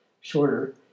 shorter